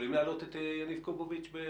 יכולים להעלות את יניב קובוביץ'?